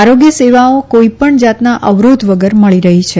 આરોગ્ય સેવાઓ કોઈપણ જાતના અવરોધ વગર મળી રહી છે